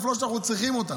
לא שאנחנו צריכים אותם.